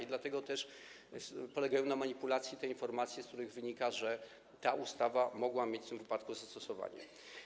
I dlatego też podlegają manipulacji te informacje, z których wynika, że ta ustawa mogła mieć w tym wypadku zastosowanie.